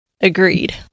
Agreed